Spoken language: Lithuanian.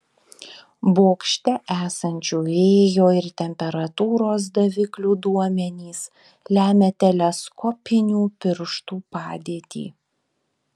bokšte esančių vėjo ir temperatūros daviklių duomenys lemią teleskopinių pirštų padėtį